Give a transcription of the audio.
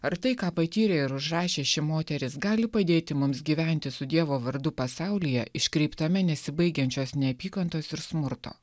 ar tai ką patyrė ir užrašė ši moteris gali padėti mums gyventi su dievo vardu pasaulyje iškreiptame nesibaigiančios neapykantos ir smurto